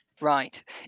Right